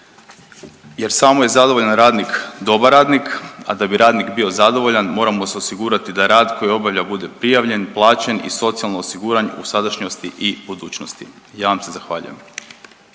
jer samo je zadovoljan radnik dobar radnik, a da bi radnik bio zadovoljan, mora mu se osigurati da rad koji obavlja bude prijavljen, plaćen i socijalno osiguran u sadašnjosti i budućnosti. Ja vam se zahvaljujem.